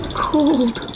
cold.